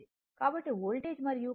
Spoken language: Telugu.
కాబట్టి వోల్టేజ్ మరియు కరెంట్ I మధ్య 10